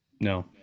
No